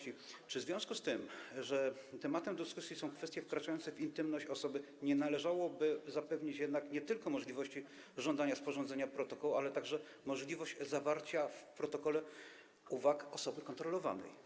Czy w związku z tym, że tematem dyskusji są kwestie wkraczające w intymność osoby, nie należałoby zapewnić jednak nie tylko możliwości żądania sporządzenia protokołu, ale także możliwości zawarcia w protokole uwag osoby kontrolowanej?